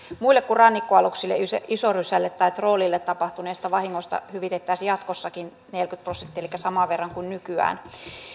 muille kuin rannikkoaluksille isorysälle tai troolille tapahtuneesta vahingosta hyvitettäisiin jatkossakin neljäkymmentä prosenttia elikkä saman verran kuin nykyään